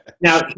now